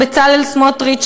בצלאל סמוטריץ,